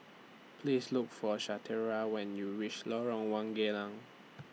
Please Look For Shatara when YOU REACH Lorong one Geylang